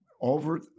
over